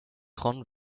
grande